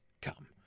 come